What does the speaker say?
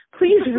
Please